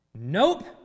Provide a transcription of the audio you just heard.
Nope